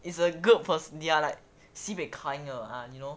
it's a good person they are like sibeh kind ya ah you know